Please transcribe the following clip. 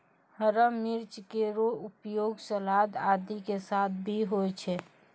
हरा मिर्च केरो उपयोग सलाद आदि के साथ भी होय छै